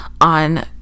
on